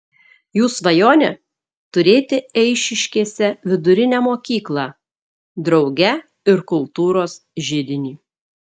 jų svajonė turėti eišiškėse vidurinę mokyklą drauge ir kultūros židinį